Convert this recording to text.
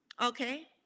okay